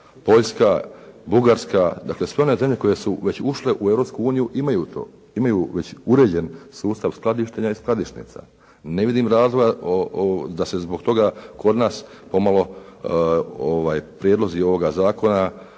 Poljska, Bugarska dakle sve one zemlje koje su već ušle u Europsku uniju imaju to, imaju već uređen sustav skladištenja i skladišnica. Ne vidim razloga da se zbog toga kod nas pomalo prijedlozi ovoga zakona